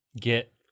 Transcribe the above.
Get